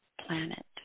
planet